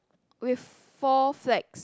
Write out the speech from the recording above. with four flag